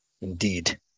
Indeed